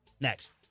Next